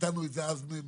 נתנו את זה אז.